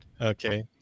Okay